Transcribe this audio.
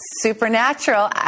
supernatural